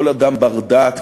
כל אדם בר-דעת,